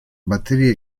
batterie